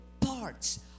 parts